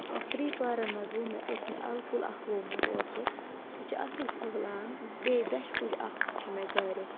کرٛیٖپارَن منٛز ووٚو مےٚ اوس مےٚ الہٕ کُل اَکھ ووٚومُت اوترٕ سُہ چھِ اَصٕل پھٔلان بیٚیہِ دَچھ کُج اَکھ تہِ چھےٚ مےٚ گَرِ